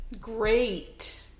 great